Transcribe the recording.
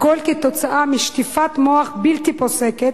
בגלל שטיפת מוח בלתי פוסקת,